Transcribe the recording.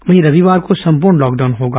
वहीं रविवार को संपूर्ण लॉकडाउन होगा